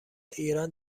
ایران